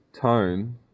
tone